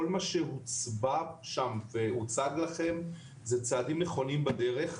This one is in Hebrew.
כל מה שהוצבע שם והוצג לכם זה צעדים נכונים בדרך.